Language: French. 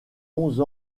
onze